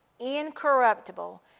incorruptible